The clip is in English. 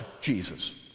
Jesus